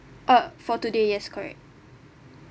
uh for today yes correct